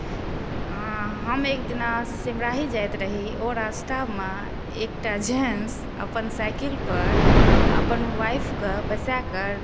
आइ हम एक दिन सिमराही जाइत रही ओ रास्तामे एकटा जेन्टस् अपन साइकिल पर अपन वाइफके बैसा कऽ